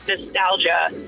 nostalgia